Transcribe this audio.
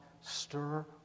stir